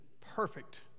perfect